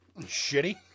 Shitty